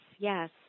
Yes